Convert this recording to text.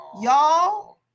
Y'all